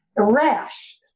Rash